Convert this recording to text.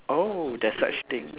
oh there's such things